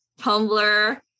Tumblr